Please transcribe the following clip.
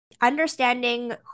understanding